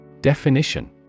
Definition